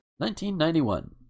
1991